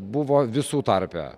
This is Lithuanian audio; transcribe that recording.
buvo visų tarpe